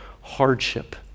hardship